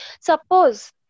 Suppose